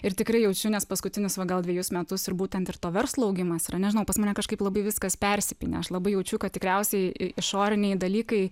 ir tikrai jaučiu nes paskutinius va gal dvejus metus ir būtent ir to verslo augimas yra nežinau pas mane kažkaip labai viskas persipynę aš labai jaučiu kad tikriausiai i išoriniai dalykai